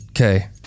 Okay